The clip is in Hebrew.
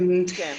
כן.